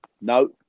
no